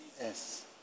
yes